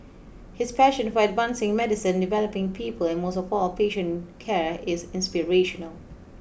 his passion for advancing medicine developing people and most of all patient care is inspirational